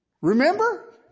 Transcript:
Remember